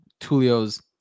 tulio's